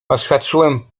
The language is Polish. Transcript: oświadczyłem